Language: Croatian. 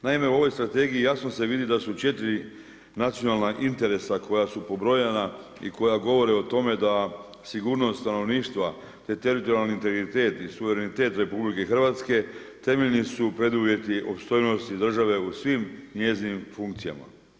Naime, u ovoj strategije jasno se vidi da su 4 nacionalna interesa koja su pobrojana i koja govore o tome da sigurnost stanovništva, te teritorijalni integriteti, suverenitet RH, temeljni su preduvjeti opstojnosti države u svim njezinim funkcijama.